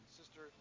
sister